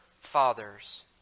fathers